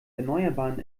erneuerbaren